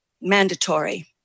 Mandatory